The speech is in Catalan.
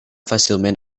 fàcilment